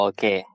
Okay. (